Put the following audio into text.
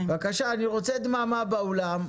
רוצה דממה באולם.